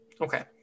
Okay